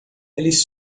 eles